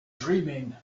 dreaming